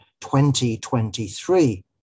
2023